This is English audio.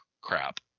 crap